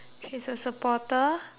ter a sweet